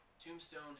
Tombstone